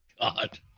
God